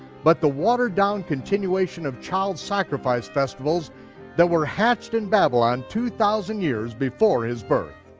but the watered down continuation of child sacrifice festivals that were hatched in babylon two thousand years before his birth.